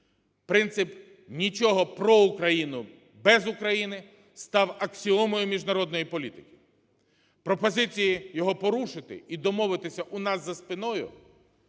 Принцип "нічого про Україну без України" став аксіомою міжнародної політики. Пропозиції його порушити і домовитись у нас за спиною